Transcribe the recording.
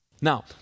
Now